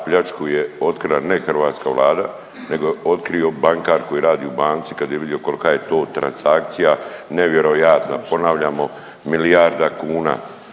pljačku je otkrila ne hrvatska vlada nego je otkrio bankar koji radi u banci kad je vidio kolika je to transakcija nevjerojatna. Ponavljamo, milijarda kuna